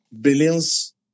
billions